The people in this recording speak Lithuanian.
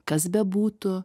kas bebūtų